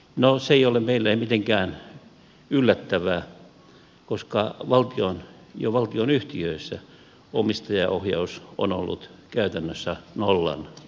no se ei ole meille mitenkään yllättävää koska valtion ja valtionyhtiöissä omistajaohjaus on ollut käytännössä nollan arvoista